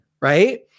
right